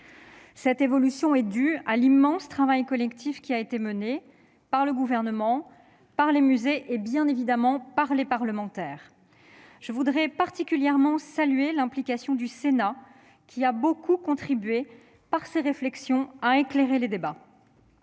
Cette évolution est due à l'immense travail collectif qui a été mené par le Gouvernement, par les musées et bien évidemment par les parlementaires. Je veux particulièrement saluer l'implication du Sénat, qui a largement contribué, par ses réflexions, à éclairer les débats.